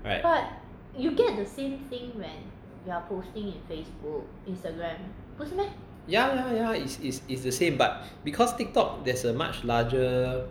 right ya ya ya is is is the same but because Tiktok there's a much larger